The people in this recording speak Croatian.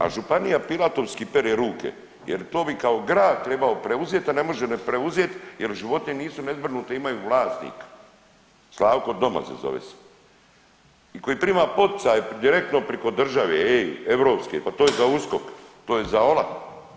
A županija pilatoski pere ruke jer to bi kao grad trebao preuzet, a ne može nit preuzet jer životinje nisu nezbrinute imaju vlasnika Slavko Domazet zove se i koji prima poticaje direktno priko države ej europske, pa to je za USKOK, to je OLAF.